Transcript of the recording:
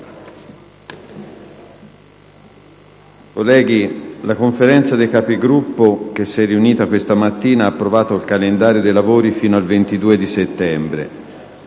colleghi, la Conferenza dei Capigruppo, riunitasi questa mattina, ha approvato il calendario dei lavori fino al 22 settembre.